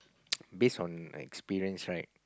base on experience